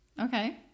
Okay